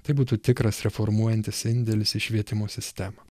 tai būtų tikras reformuojantis indėlis į švietimo sistemą